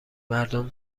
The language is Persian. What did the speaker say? مردم